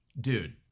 dude